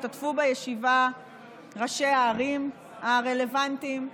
השתתפו בישיבה ראשי הערים הרלוונטיים,